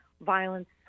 violence